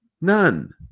none